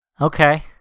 Okay